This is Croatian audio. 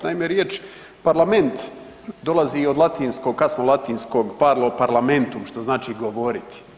Naime, riječ parlament dolazi od latinskog, kasno latinskog parlo parlamentum što značiti govoriti.